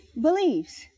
Believes